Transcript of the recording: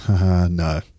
No